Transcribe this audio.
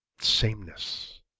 sameness